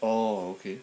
oh okay